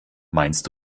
meinst